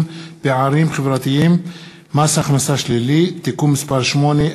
פערים חברתיים (מס הכנסה שלילי) (תיקון מס' 8),